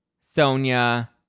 Sonia